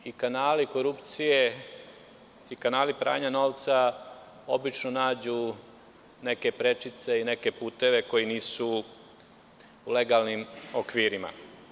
I kanali korupcije i kanali pranja novca obično nađu neke prečice i neke puteve koji nisu u legalnim okvirima.